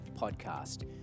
podcast